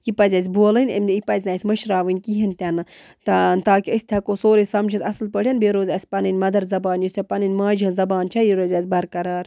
یہِ پَزِ اَس بولٕنۍ یہِ پَز نہٕ اَسہِ مٔشراوٕنۍ کِہیٖنٛۍ تہِ نہٕ تاکہِ أسۍ تہِ ہٮ۪کو سورُے سجھِتھ اَصٕل پٲٹھٮ۪ن بیٚیہِ روزِ اَسہِ پَنٕنۍ مََدر زبان یۄس چھےٚ پَنٕنۍ ماجہِ ہٕنٛز زبان چھےٚ یہِ روز اَسہِ بَرقرار